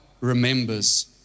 remembers